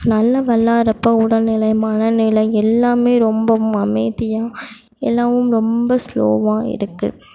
நல்லா விளையாடுறப்போ உடல்நிலை மனநிலை எல்லாம் ரொம்பம் அமைதியாக எல்லாம் ரொம்ப ஸ்லோவாக இருக்கு